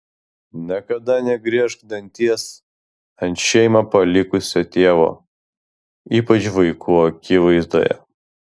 niekada negriežk danties ant šeimą palikusio tėvo ypač vaikų akivaizdoje